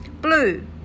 Blue